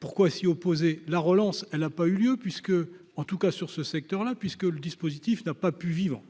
Pourquoi s'y opposer la relance, elle a pas eu lieu puisque, en tout cas sur ce secteur là puisque le dispositif n'a pas pu vivant